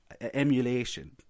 emulation